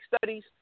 studies